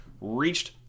reached